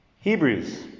Hebrews